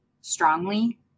strongly